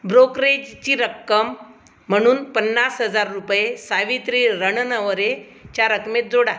ब्रोकरेजची रक्कम म्हणून पन्नास हजार रुपये सावित्री रणनवरेच्या रकमेत जोडा